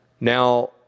Now